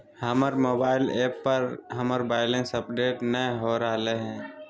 हमर mobile app पर हमर बैलेंस अपडेट नय हो रहलय हें